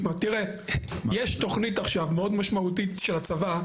יש תוכנית עכשיו מאוד משמעותית של הצבא,